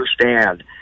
understand